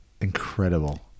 incredible